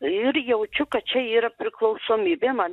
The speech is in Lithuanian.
ir jaučiu kad čia yra priklausomybė man